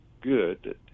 good